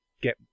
get